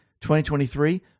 2023